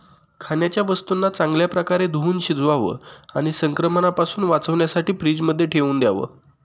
खाण्याच्या वस्तूंना चांगल्या प्रकारे धुवुन शिजवावं आणि संक्रमणापासून वाचण्यासाठी फ्रीजमध्ये ठेवून द्याव